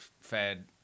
fed